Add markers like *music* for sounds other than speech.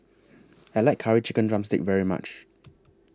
*noise* I like Curry Chicken Drumstick very much